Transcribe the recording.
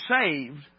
saved